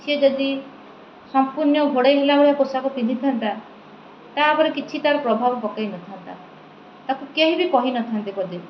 ସିଏ ଯଦି ସମ୍ପୂର୍ଣ୍ଣ ଘୋଡ଼ାଇଲା ଭଳିଆ ପୋଷାକ ପିନ୍ଧିଥାନ୍ତା ତାପରେ କିଛି ତାର ପ୍ରଭାବ ପକାଇନଥାନ୍ତା ତାକୁ କେହି ବି କହିନଥାନ୍ତେ ପ୍ରଦେବୀ